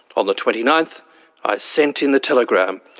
on the twenty ninth i sent in the telegram,